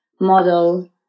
model